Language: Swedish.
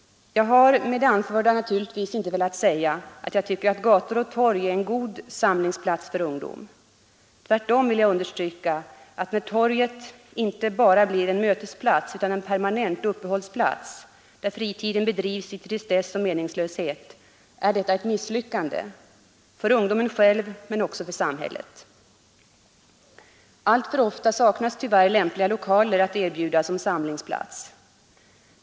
Jag har med det anförda naturligtvis inte velat säga att jag tycker att gator och torg är en god samlingsplats för ungdom. Tvärtom vill jag understryka att när torget inte bara blir en mötesplats utan en permanent uppehållsplats där fritiden tillbringas i tristess och meningslöshet, är detta ett misslyckande, för ungdomen själv men också för samhället. Alltför ofta saknas tyvärr lämpliga lokaler att erbjuda som samlingsplats.